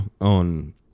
on